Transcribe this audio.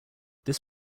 this